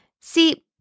See